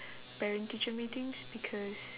parent teacher meetings because